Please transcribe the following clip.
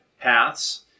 paths